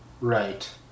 Right